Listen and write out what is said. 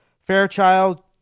Fairchild